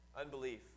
Unbelief